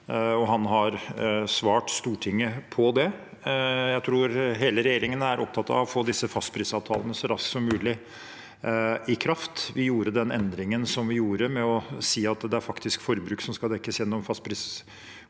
Referat 2023 Stortinget på det. Jeg tror hele regjeringen er opptatt av å få disse fastprisavtalene så raskt som mulig i kraft. Vi gjorde den endringen som vi gjorde, med å si at det er faktisk forbruk som skal dekkes gjennom fastpriskontraktene,